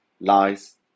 lies